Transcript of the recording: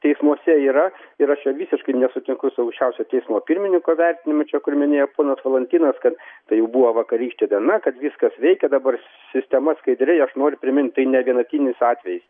teismuose yra ir aš visiškai nesutinku su aukščiausio teismo pirmininko vertinimu čia kur minėjo ponas valantinas kad tai jau buvo vakarykštė diena kad viskas veikia dabar sistema skaidriai aš noriu primint kad tai ne vienetinis atvejis